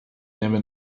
never